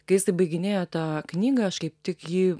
kai jisai baiginėjo tą knygą aš kaip tik jį